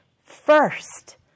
first